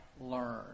learn